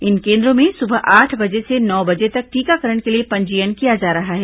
इन केन्द्रों में सुबह आठ बजे से नौ बजे तक टीकाकरण के लिए पंजीयन किया जा रहा है